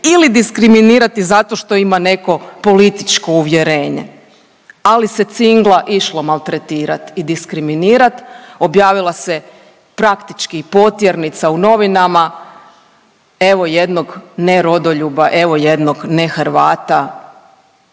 ili diskriminirati zato što ima neko političko uvjerenje, ali se Cingla išlo maltretirati i diskriminirati, objavila se praktički i potjernica u novinama. Evo jednog nerodoljuba, evo jednog nehrvata,